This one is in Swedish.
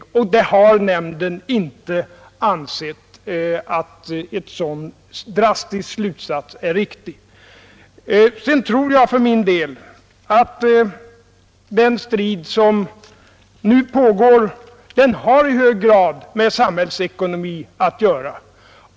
Statstjänstenämnden har inte heller ansett att en så drastisk slutsats är riktig. Jag menar för min del att den strid som nu pågår i hög grad har med samhällsekonomi att göra.